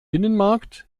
binnenmarkt